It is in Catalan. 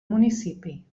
municipi